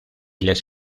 les